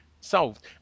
solved